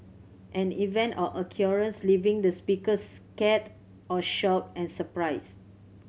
an event or occurrence leaving the speaker scared or shocked and surprised